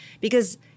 Because-